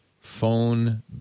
Phone